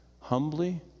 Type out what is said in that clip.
humbly